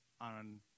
on